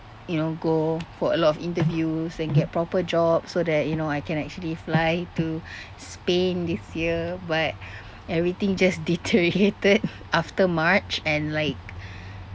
you know go for a lot of interviews and get proper job so that you know I can actually fly to spain this year but everything just deteriorated after march and like